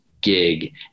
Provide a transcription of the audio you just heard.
gig